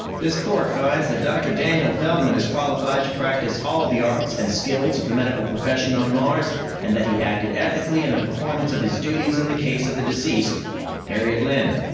this court finds that dr. daniel feldman is qualified to practice all the arts and skills of the medical profession on mars and that he acted ethically in the performance of his duties in the case of the deceased harriet lynn,